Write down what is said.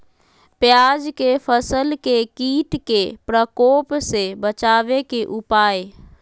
प्याज के फसल के कीट के प्रकोप से बचावे के उपाय?